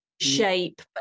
shape